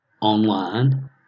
online